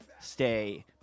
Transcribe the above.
Stay